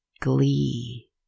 glee